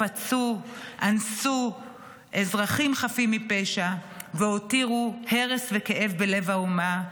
פצעו ואנסו אזרחים חפים מפשע והותירו הרס וכאב בלב האומה,